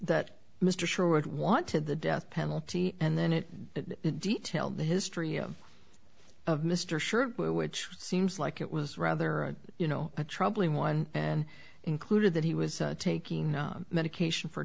that mr shoreward wanted the death penalty and then it detail the history of of mr sure which seems like it was rather a you know a troubling one and included that he was taking medication for